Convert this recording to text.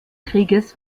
krieges